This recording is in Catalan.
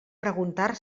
preguntar